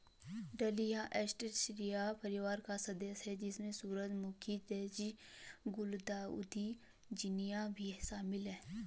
dahlia Asteraceae परिवार का सदस्य है, जिसमें सूरजमुखी, डेज़ी, गुलदाउदी, झिननिया भी शामिल है